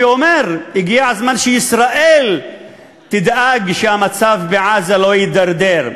אומר: הגיע הזמן שישראל תדאג שהמצב בעזה לא יתדרדר.